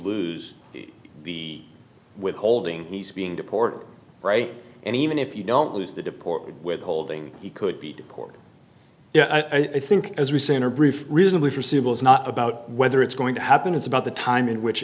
lose the withholding he's being deported right and even if you don't lose the deported withholding he could be deported i think as we say in our brief reasonably forseeable it's not about whether it's going to happen it's about the time in which